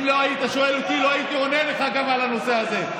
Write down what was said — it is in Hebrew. אם לא היית שואל אותי גם לא הייתי עונה לך על הנושא הזה,